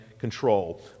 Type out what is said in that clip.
Control